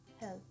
health